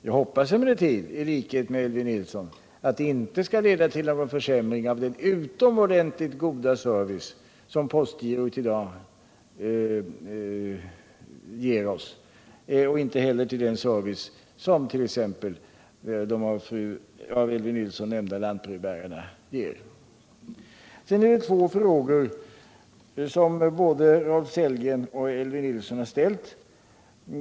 Jag hoppas emellertid i likhet med Elvy Nilsson att de inte skall leda till någon försämring av den utomordentligt goda service som postgirot i dag ger oss och inte heller av den service som t.ex. de av Elvy Nilsson nämnda lantbrevbärarna ger. Två frågor har både Elvy Nilsson och Rolf Sellgren ställt.